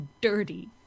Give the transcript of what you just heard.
dirty